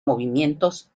movimientos